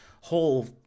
whole